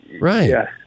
Right